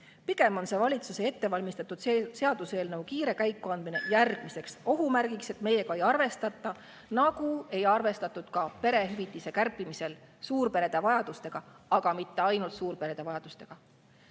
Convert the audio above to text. Pigem on see valitsuse ettevalmistatud seaduseelnõu kiire käikuandmine järgmine ohumärk, et meiega ei arvestata, nagu ei arvestatud ka perehüvitiste kärpimisel suurperede vajadustega, aga mitte ainult suurperede vajadustega.